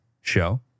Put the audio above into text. show